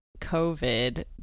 covid